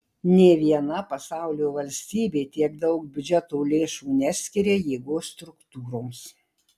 nė viena pasaulio valstybė tiek daug biudžeto lėšų neskiria jėgos struktūroms